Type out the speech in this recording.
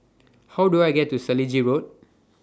How Do I get to Selegie Road